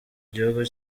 gihugu